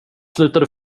slutade